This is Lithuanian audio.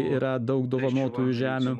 yra daug dovanotų žemių